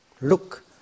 look